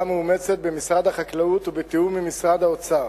מאומצת במשרד החקלאות ובתיאום עם האוצר.